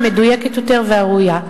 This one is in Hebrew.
המדויקת יותר והראויה.